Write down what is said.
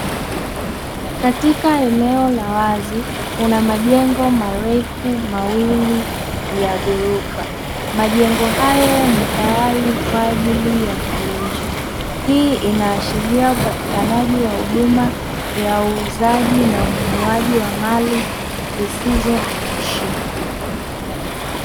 Katikaeneo la wazi una majengo marefu mawili ya ghorofa majengo hayo, ni tayari kwa ajili ya hii inaashiria upatikanaji wa huduma ya uuzaji na ununuaji wa mali zisizohamishika.